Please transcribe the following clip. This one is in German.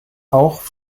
auch